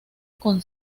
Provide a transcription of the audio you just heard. con